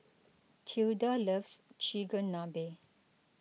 Tilda loves Chigenabe